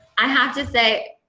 i have to say,